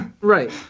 Right